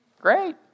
Great